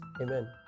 Amen